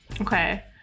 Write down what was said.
Okay